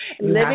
Living